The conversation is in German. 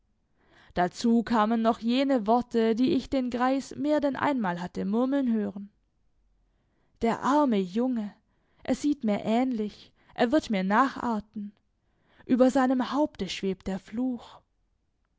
dazu kamen noch jene worte die ich den greis mehr denn einmal hatte murmeln hören der arme junge er sieht mir ähnlich er wird mir nacharten über seinem haupte schwebt der fluch